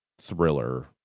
thriller